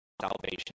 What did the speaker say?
salvation